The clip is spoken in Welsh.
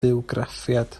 bywgraffiad